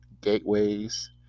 gateways